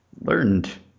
learned